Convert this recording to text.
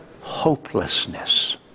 hopelessness